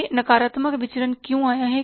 यह नकारात्मक विचरण क्यों आया है